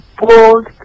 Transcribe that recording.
bold